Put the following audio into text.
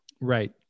Right